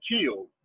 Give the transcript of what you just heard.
killed